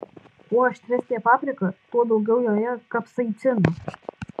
kuo aštresnė paprika tuo daugiau joje kapsaicino